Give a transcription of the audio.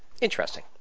Interesting